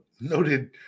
noted